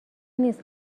نیست